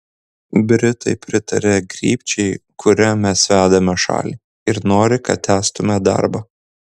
britai pritaria krypčiai kuria mes vedame šalį ir nori kad tęstume darbą